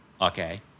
okay